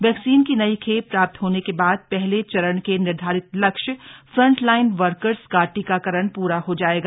vaccine की नई खेप प्राप्त होने के बाद पहले चरण के निर्धारित लक्ष्य फ्रंटलाइन वर्कस का टीकाकरण पूरा हो जायेगा